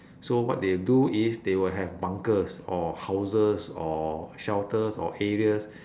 so what they do is they will have bunkers or houses or shelters or areas